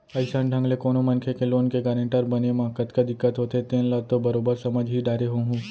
अइसन ढंग ले कोनो मनखे के लोन के गारेंटर बने म कतका दिक्कत होथे तेन ल तो बरोबर समझ ही डारे होहूँ